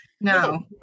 no